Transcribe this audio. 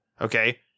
Okay